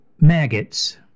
maggots